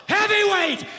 Heavyweight